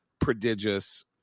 prodigious